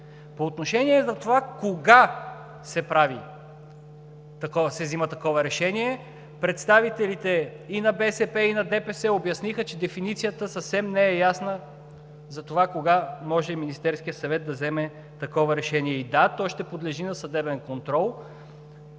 По отношение на това кога се взема такова решение, представителите и на БСП, и на ДПС обясниха, че дефиницията съвсем не е ясна за това кога може Министерският съвет да вземе такова решение. И, да – той ще подлежи на съдебен контрол.